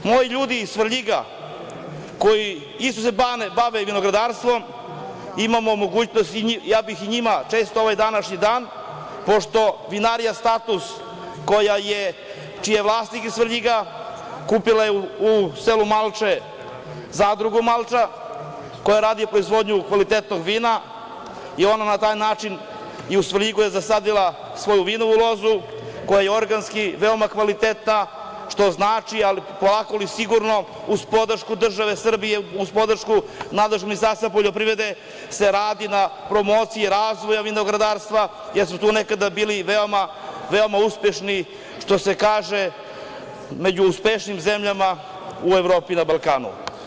Moji ljudi iz Svrljiga koji se bave vinogradarstvom, ja bih i njima čestitao ovaj današnji dan, pošto vinarija „Status“, čiji je vlasnik iz Svrljiga, kupila je u selu Malče zadrugu „Malča“ koja radi proizvodnju kvalitetnog vina i ona je na taj način u Svrljigu zasadila svoju vinovu lozu, koja je organski veoma kvalitetna, što znači polako ali sigurno, uz podršku države Srbije, uz podršku nadležnog Ministarstva poljoprivrede, radi se na promociji razvoja vinogradarstva, jer su tu nekada bili veoma uspešni, među uspešnijim zemljama u Evropi i na Balkanu.